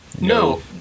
No